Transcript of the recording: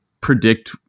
Predict